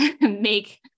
make